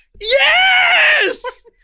Yes